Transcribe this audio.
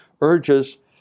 urges